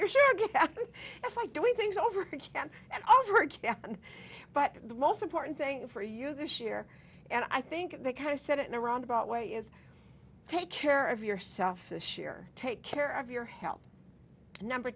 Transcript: sure it's like doing things over and over again and but the most important thing for you this year and i think they kind of said it in a roundabout way is take care of yourself this year take care of your health and number